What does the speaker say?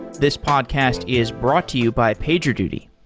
this podcast is brought to you by pagerduty.